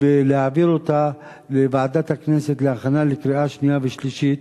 ולהעביר אותה לוועדת הכנסת להכנה לקריאה שנייה ושלישית.